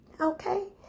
okay